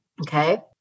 okay